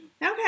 Okay